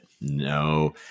no